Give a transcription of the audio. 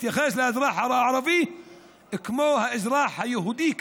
תתייחסו לאזרח הערבי כמו האזרח היהודי כאן,